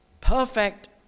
perfect